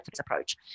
approach